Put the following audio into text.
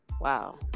Wow